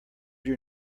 your